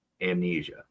amnesia